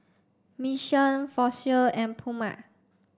Mission Fossil and Puma